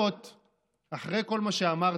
אחרי כל מה שאמרתי,